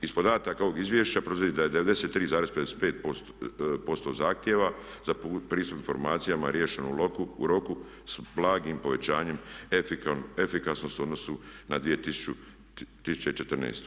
Iz podataka ovog izvješća proizlazi da je 93,55% zahtjeva za pristup informacijama riješeno u roku s blagim povećanjem efikasnosti u odnosu na 2014.